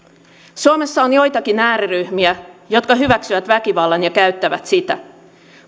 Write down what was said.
suomessa on joitakin ääriryhmiä jotka hyväksyvät väkivallan ja käyttävät sitä